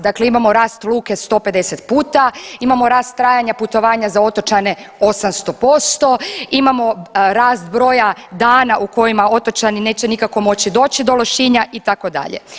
Dakle, imamo rast luke 150 puta, imamo rast trajanja putovanja za otočane 800%, imamo rast broja dana u kojima otočani neće nikako moći doći do Lošinja itd.